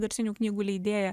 garsinių knygų leidėja